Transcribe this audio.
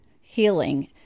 healing